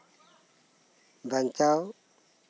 ᱵᱟᱧᱪᱟᱣ